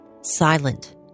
silent